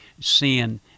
sin